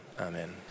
Amen